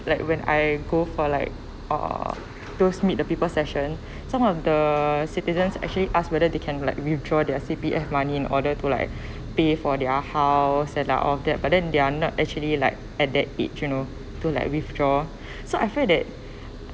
like when I go for like uh those meet the people session some of the citizens actually asked whether they can like withdraw their C_P_F money in order to like pay for their house and uh all that but then they're not actually like at that age you know to like withdraw so I felt that